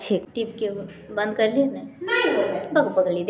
गोबर लकड़ी आर पेड़ पौधा स पैदा हने वाला ईंधनक जैव ईंधन कहाल जाछेक